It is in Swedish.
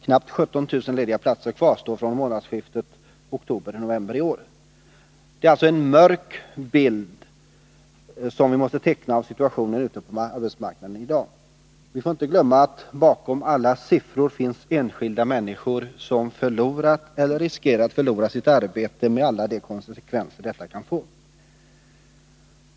Knappt 17 000 lediga platser kvarstod vid månadsskiftet oktober-november i år. Det är alltså en mörk bild som vi måste teckna av situationen ute på arbetsmarknaden i dag. Vi får inte glömma att bakom alla siffror finns enskilda människor som förlorat eller riskerar att förlora sitt arbete med alla de konsekvenser det kan få.